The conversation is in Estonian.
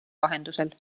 vahendusel